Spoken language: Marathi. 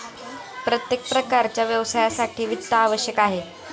प्रत्येक प्रकारच्या व्यवसायासाठी वित्त आवश्यक आहे